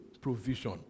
provision